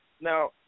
now